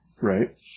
Right